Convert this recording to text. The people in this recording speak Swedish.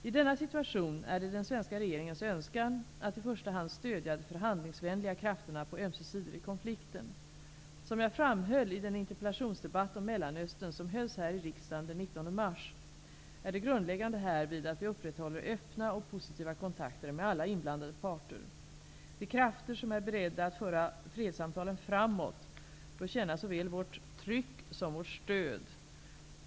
I denna situation är det den svenska regeringens önskan att i första hand stödja de förhandlingsvänliga krafterna på ömse sidor i konflikten. Som jag framhöll i den interpellationsdebatt om Mellanöstern som hölls här i riksdagen den 19 mars, är det grundläggande härvid att vi upprätthåller öppna och positiva kontakter med alla inblandade parter. De krafter som är beredda att föra fredssamtalen framåt bör känna såväl vårt tryck som vårt stöd.